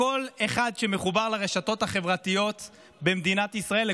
לכל אחד שמחובר לרשתות החברתיות במדינת ישראל,